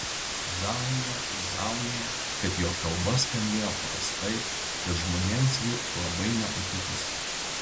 zaunija ir zaunija kad jo kalba skambėjo prastai kad žmonėms ji labai nepatikusi